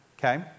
Okay